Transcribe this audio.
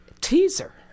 Teaser